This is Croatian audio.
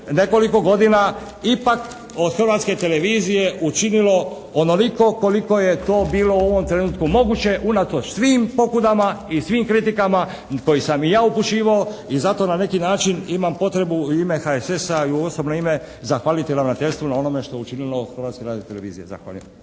nekoliko godina ipak od Hrvatske televizije učinilo onoliko koliko je to bilo u ovom trenutku moguće unatoč svim pobunama i svim kritikama i kojih sam i ja upućivao. I zato na neki način imam potrebu u ime HSS-a i u osobno ime zahvaliti ravnateljstvu na onome što je učinilo od Hrvatske radiotelevizije. Zahvaljujem.